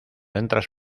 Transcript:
entras